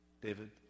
David